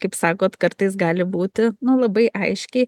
kaip sakot kartais gali būti nu labai aiškiai